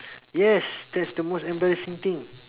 yes that's the most embarrassing thing